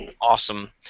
awesome